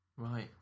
Right